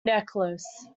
necklace